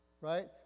right